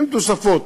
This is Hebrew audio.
עם תוספות.